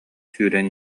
сүүрэн